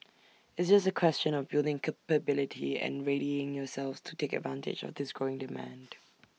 it's just A question of building capability and readying yourselves to take advantage of this growing demand